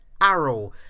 Arrow